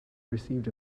received